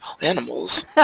animals